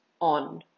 on